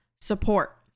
support